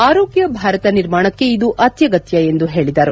ಆರೋಗ್ಕ ಭಾರತ ನಿರ್ಮಾಣಕ್ಕೆ ಇದು ಅತ್ಯಗತ್ಯ ಎಂದು ಅವರು ಹೇಳಿದರು